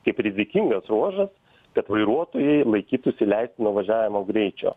kaip rizikingas ruožas kad vairuotojai laikytųsi leistino važiavimo greičio